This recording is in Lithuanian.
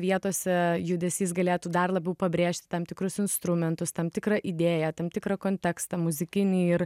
vietose judesys galėtų dar labiau pabrėžt tam tikrus instrumentus tam tikrą idėją tam tikrą kontekstą muzikinį ir